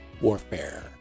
warfare